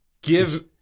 give